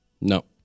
No